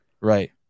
Right